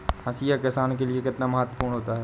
हाशिया किसान के लिए कितना महत्वपूर्ण होता है?